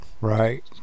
right